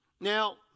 Now